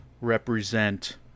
represent